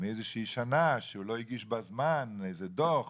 מאיזשהי שנה שהוא לא הגיש בזמן איזה דו"ח